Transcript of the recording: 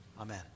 Amen